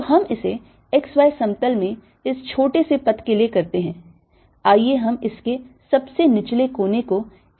तो हम इसे x y समतल में इस छोटे से पथ के लिए करते हैं आइए हम इसके सबसे निचले कोने को x y लेते हैं